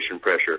pressure